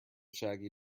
shaggy